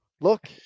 look